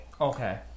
Okay